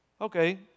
Okay